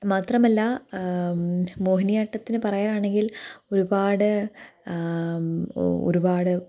മാത്രമല്ല മോഹിനിയാട്ടത്തിനു പറയുകയാണെങ്കില് ഒരുപാട് ഓ ഒരുപാട്